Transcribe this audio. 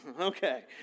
Okay